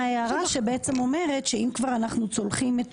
ולכן ההערה שבעצם אומרת שאם כבר אנחנו צולחים את